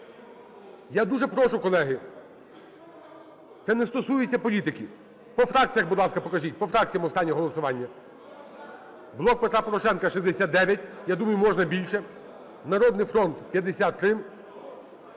Я дуже прошу, колеги, це не стосується політики. По фракціях, будь ласка, покажіть. По фракціям останнє голосування. "Блок Петра Порошенка" – 69. Я думаю, можна більше. "Народний фронт"